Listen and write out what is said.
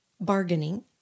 bargaining